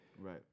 right